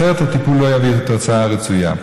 אחרת הטיפול לא יביא לתוצאה הרצויה.